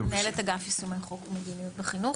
מנהלת אגף יישומי חוק ומדיניות בחינוך.